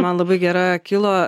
man labai gera kilo